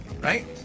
right